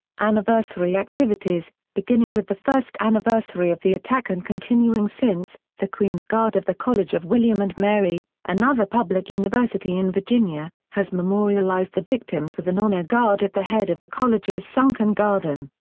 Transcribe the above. anniversary activities beginning with the first anniversary of the attack and continuing since, the queens' guard of the college of william and mary, another public university in virginia, has memorialized the victims with an honor guard at the head of the college's sunken garden.